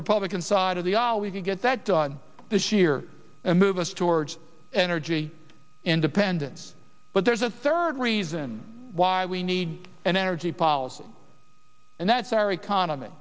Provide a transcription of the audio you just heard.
republican side of the ol we could get that done this year and move us towards energy independence but there's a third reason why we need an energy policy and that's our economy